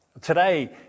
Today